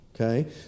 okay